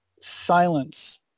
silence